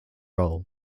roll